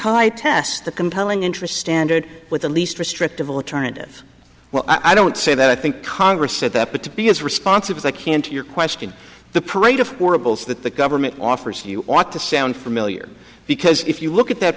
high test the compelling interest standard with the least restrictive alternative well i don't say that i think congress said that but to be as responsive as i can to your question the parade of horribles that the government offers you ought to sound familiar because if you look at that